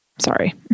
Sorry